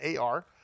AR